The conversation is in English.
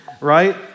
right